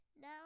now